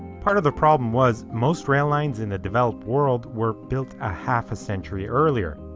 part of the problem was most rail lines in the developed world, were built a half century earlier,